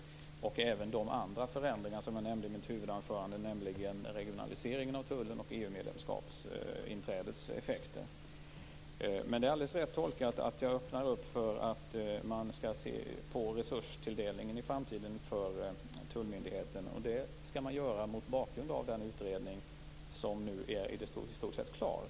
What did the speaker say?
Detsamma gäller de andra förändringar som jag nämnde i mitt huvudanförande, nämligen regionaliseringen av tullen och EU-inträdets effekter. Det är alldeles rätt tolkat att jag öppnar för att man skall se på resurstilldelningen för tullmyndigheten i framtiden. Det skall man göra mot bakgrund av den utredning som nu i stort sett är klar.